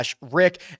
rick